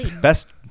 Best